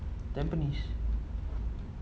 tampines